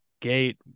gate